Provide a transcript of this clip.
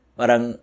parang